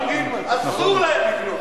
אסור להם לבנות.